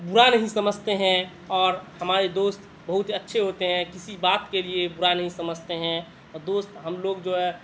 برا نہیں سمجھتے ہیں اور ہمارے دوست بہت ہی اچھے ہوتے ہیں کسی بات کے لیے برا نہیں سمجھتے ہیں اور دوست ہم لوگ جو ہے